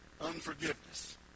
Unforgiveness